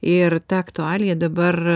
ir ta aktualija dabar